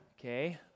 okay